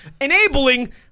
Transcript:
enabling